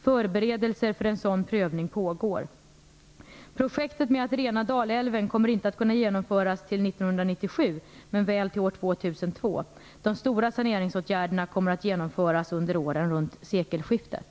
Förberedelser för en sådan prövning pågår. Projektet med att rena Dalälven kommer inte att kunna genomföras till 1997 men väl till år 2002. De stora saneringsåtgärderna kommer att genomföras under åren runt sekelskiftet.